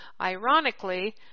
Ironically